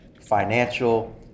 financial